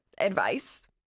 advice